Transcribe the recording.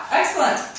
excellent